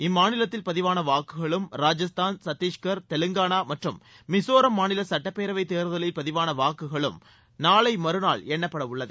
இம்மாநிலத்தில் பதிவான வாக்குகளும் ராஜஸ்தான் சத்தீஸ்கர் தெலங்கானா மற்றும் மிசோரம் மாநில சட்டப்பேரவை தேர்தலில் பதிவாள வாக்குகளின் எண்ணிக்கை நாளை மறநாள் மேற்கொள்ளப்படுகிறது